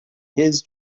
his